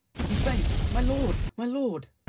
he faints my lord, my lord